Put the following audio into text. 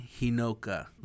hinoka